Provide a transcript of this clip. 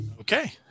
Okay